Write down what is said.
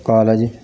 college